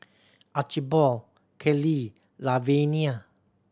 Archibald Kellie Lavenia